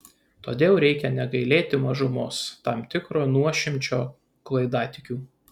todėl reikia negailėti mažumos tam tikro nuošimčio klaidatikių